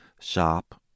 shop